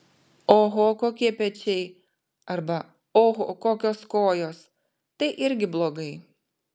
oho kokie pečiai arba oho kokios kojos tai irgi blogai